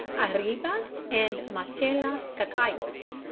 arriba and machala cacaos.